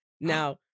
Now